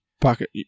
pocket